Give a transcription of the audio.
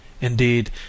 Indeed